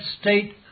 state